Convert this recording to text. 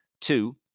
Two